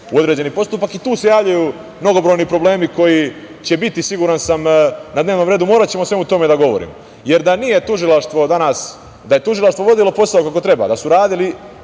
u određeni postupak i tu se javljaju mnogobrojni problemi koji će biti, siguran sam na dnevnom redu. Moraćemo da o svemu tome govorimo. Da je tužilaštvo vodilo posao kako treba, da su radili